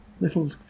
little